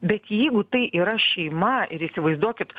bet jeigu tai yra šeima ir įsivaizduokit